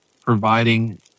providing